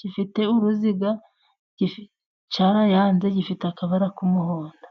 gifite uruziga cyarayanze, gifite akabara k'umuhondo.